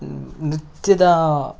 ನೃತ್ಯದ